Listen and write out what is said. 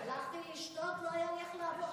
הלכתי לשתות, לא היה לי איך לעבור.